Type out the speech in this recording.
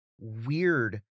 weird